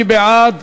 מי בעד?